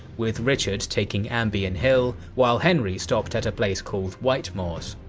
with richard taking ambion hill, while henry stopped at a place called white moors.